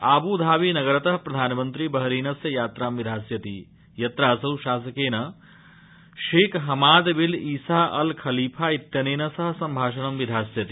Abu Dhabi नगरत प्रधानमन्त्री बहरीनस्य यात्रां विधास्यति यात्रासौ शासकेन Sheikh Hamad bin Isa Al Khalifa इत्येनन सह सम्भाषणं विधास्यति